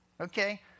Okay